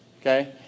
Okay